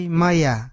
maya